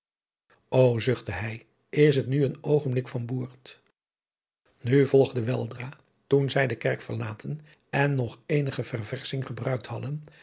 ô zuchtte hij is het nu een oogenblik van boert nu volgde weldra toen zij de kerk verlaten en nog eenige verversching gebruikt hadden